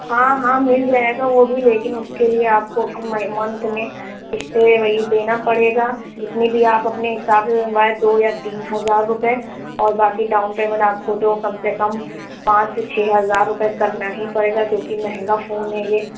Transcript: ہاں ہاں مل جائے گا وہ بھی لیکن اُس کے لیے آپ کو منتھ میں قسطیں ہیں وہی دینا پڑے گا جتنے بھی آپ اپنے حساب سے دو یا تین ہزار روپئے اور باقی ڈاؤن پیمینٹ آپ کو تو کم سے کم پانچ سے چھ ہزار روپئے کرنا ہی پڑے گا کیونکہ مہنگا فون ہے یہ